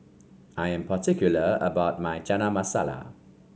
I am particular about my Chana Masala